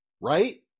Right